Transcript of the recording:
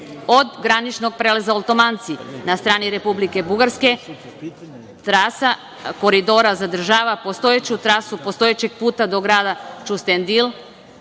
od graničnog prelaza Oltomanci na strani Republike Bugarske, trasa Koridora zadržava postojeću trasu, postojećeg puta do grada Ćustendil